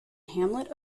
hamlet